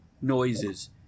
noises